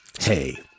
Hey